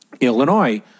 Illinois